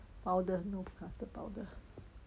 powder no custard powder